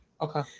Okay